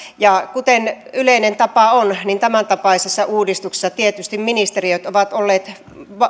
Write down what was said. kuten yleinen tapa tämäntapaisessa uudistuksessa on niin tietysti ministeriöt ovat olleet